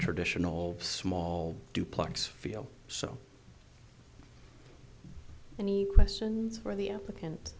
traditional small duplex feel so many questions for the applicant